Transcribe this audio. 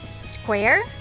square